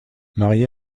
marié